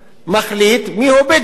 מחליט מיהו בדואי.